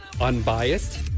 unbiased